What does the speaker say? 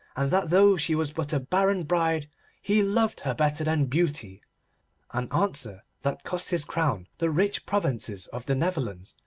and that though she was but a barren bride he loved her better than beauty an answer that cost his crown the rich provinces of the netherlands,